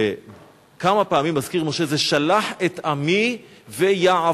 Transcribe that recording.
כמה פעמים מזכיר משה: "שלח את עמי ויעבדני".